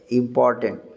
important